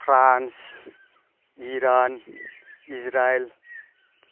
France Iran Israel